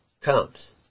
comes